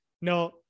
No